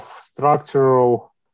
structural